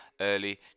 early